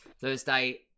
Thursday